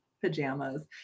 pajamas